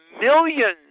millions